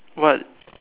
what